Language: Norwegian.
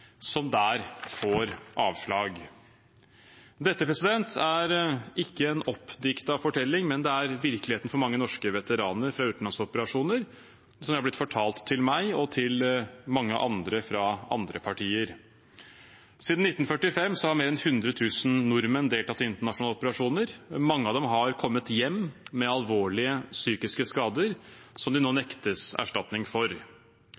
som der får avslag. Dette er ikke en oppdiktet fortelling, men det er virkeligheten for mange norske veteraner fra utenlandsoperasjoner, slik det har blitt fortalt til meg og til mange andre fra andre partier. Siden 1945 har mer enn 100 000 nordmenn deltatt i internasjonale operasjoner. Mange av dem har kommet hjem med alvorlige psykiske skader som de nå nektes erstatning for.